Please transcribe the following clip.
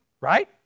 Right